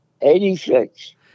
Eighty-six